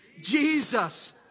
Jesus